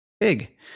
big